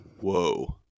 Whoa